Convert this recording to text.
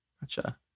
Gotcha